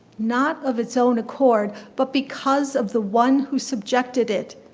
not of its own accord but because of the one who subjected it,